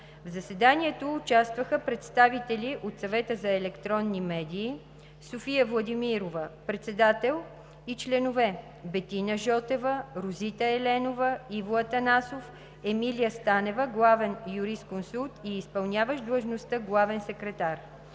В заседанието участваха представители от Съвета за електронни медии: София Владимирова – председател, и членове: Бетина Жотева, Розита Еленова, Иво Атанасов; Емилия Станева – главен юрисконсулт и изпълняващ длъжността главен секретар;